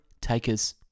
takers